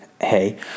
hey